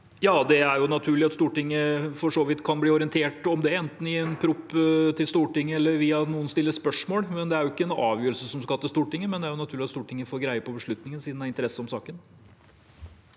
Det er natur- lig at Stortinget kan bli orientert om det enten i en proposisjon til Stortinget eller ved at noen stiller spørsmål. Det er jo ikke en avgjørelse som skal til Stortinget, men det er naturlig at Stortinget får greie på beslutningen siden det er interesse for saken.